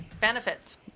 Benefits